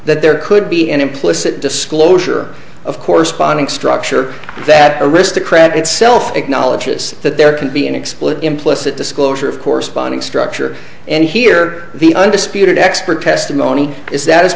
that there could be an implicit disclosure of corresponding structure that aristocrat itself acknowledges that there can be an explicit implicit disclosure of corresponding structure and here the undisputed expert testimony is that is